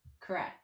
Correct